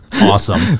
awesome